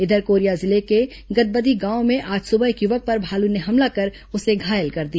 इधर कोरिया जिले को गदबदी गांव में आज सुबह एक युवक पर भालू ने हमला कर उसे घायल कर दिया